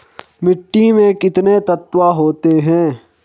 मिट्टी में कितने तत्व होते हैं?